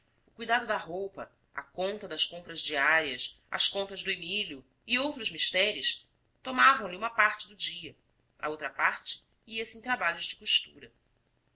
o cuidado da roupa a conta das compras diárias as contas do emílio e outros misteres tomavam lhe uma parte do dia a outra parte ia-se em trabalhos de costura